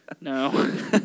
No